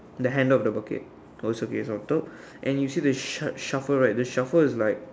the hand of the bucket oh it's okay it's on top and you see the shov~ shovel right the shovel is like